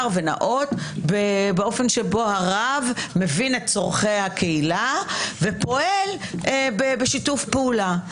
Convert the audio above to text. ונאות באופן שבו הרב מבין את צורכי הקהילה ופועל בשיתוף פעולה.